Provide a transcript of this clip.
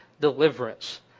deliverance